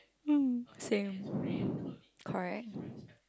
mm same correct